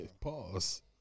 Pause